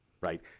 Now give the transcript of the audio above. right